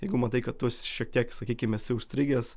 jeigu matai kad tu šiek tiek sakykim esi užstrigęs